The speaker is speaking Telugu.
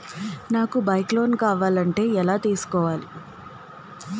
నాకు బైక్ లోన్ కావాలంటే ఎలా తీసుకోవాలి?